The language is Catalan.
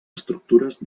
estructures